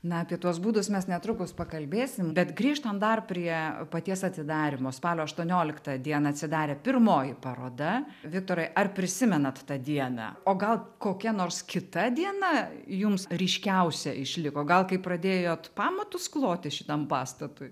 na apie tuos būdus mes netrukus pakalbėsim bet grįžtam dar prie paties atidarymo spalio aštuonioliktą dieną atsidarė pirmoji paroda viktorai ar prisimenat tą dieną o gal kokia nors kita diena jums ryškiausia išliko gal kai pradėjot pamatus kloti šitam pastatui